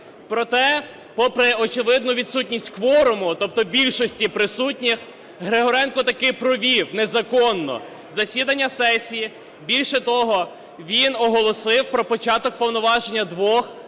Проте, попри очевидну відсутність кворуму, тобто більшості присутніх, Григоренко таки провів, незаконно, засідання сесії. Більше того, він оголосив про початок повноважень двох